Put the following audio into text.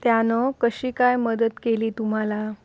त्यानं कशी काय मदत केली तुम्हाला